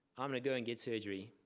i'm gonna go and get surgery.